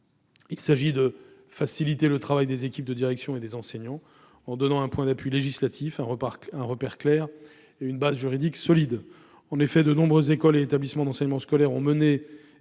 Il s'agit de faciliter le travail des équipes de direction et des enseignants, en leur donnant un point d'appui législatif, un repère clair et une base juridique solide. Nombre d'écoles et d'établissements d'enseignement scolaire ont mené